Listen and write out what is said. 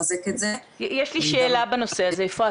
פעילים בתקופה האחרונה בעיריית תל אביב אנחנו מבצעים אכיפה שוטפת